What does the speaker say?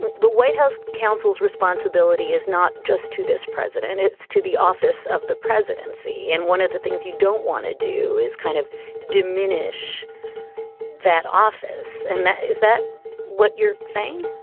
the white house counsel's responsibility is not just to this president, it's to the office of the presidency. and one of the things you don't want to do is kind of diminish that office and that. is that what you're saying?